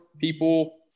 people